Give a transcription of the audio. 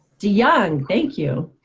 de young, thank you.